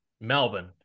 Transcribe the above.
Melbourne